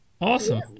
Awesome